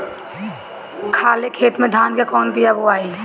खाले खेत में धान के कौन बीया बोआई?